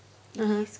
mmhmm